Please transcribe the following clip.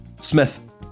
Smith